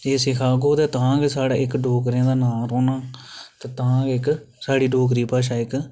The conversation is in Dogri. एह् सिखागे ते तां गै साढ़ा इक्क डोगरें दा नांऽ रौह्ना आं ते तां गै इक्क साढ़ी डोगरी भाशा इक्क